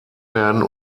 werden